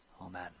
Amen